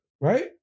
right